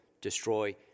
destroy